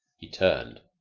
he turned.